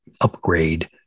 upgrade